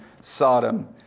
Sodom